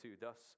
thus